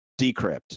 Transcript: decrypt